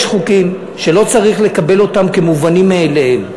יש חוקים שלא צריך לקבל אותם כמובנים מאליהם.